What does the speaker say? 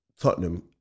Tottenham